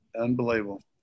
Unbelievable